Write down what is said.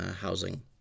housing